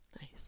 Nice